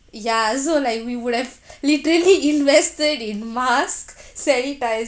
ya so like we would have literally invested in mask sanitiser